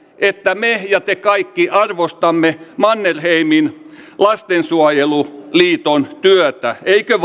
että me ja te kaikki arvostamme mannerheimin lastensuojeluliiton työtä eikö